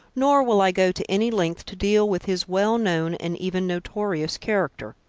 nor will i go to any length to deal with his well-known and even notorious character.